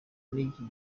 n’iki